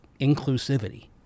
inclusivity